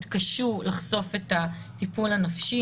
התקשו לחשוף את הטיפול הנפשי.